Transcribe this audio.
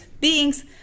beings